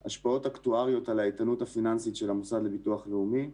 9. השפעות אקטואריות על האיתנות הפיננסיות של המוסד לביטוח לאומי.